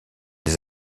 des